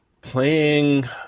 playing